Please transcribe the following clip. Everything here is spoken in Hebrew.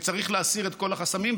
וצריך להסיר את כל החסמים,